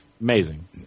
Amazing